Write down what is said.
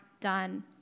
done